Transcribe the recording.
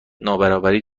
نابرابری